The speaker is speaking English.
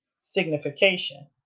signification